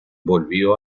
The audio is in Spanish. volvió